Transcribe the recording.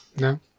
No